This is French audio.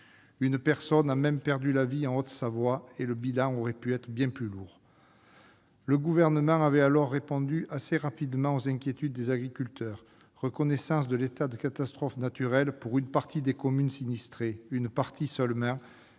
Une personne a même perdu la vie en Haute-Savoie, et le bilan aurait pu être bien plus lourd. Le Gouvernement avait alors répondu rapidement aux inquiétudes des agriculteurs : reconnaissance de l'état de catastrophe naturelle pour une partie seulement des communes sinistrées, mise en